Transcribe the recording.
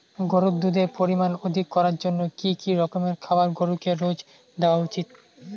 গরুর দুধের পরিমান অধিক করার জন্য কি কি রকমের খাবার গরুকে রোজ দেওয়া উচিৎ?